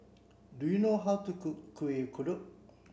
do you know how to cook Kuih Kodok